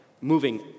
moving